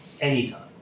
anytime